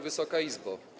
Wysoka Izbo!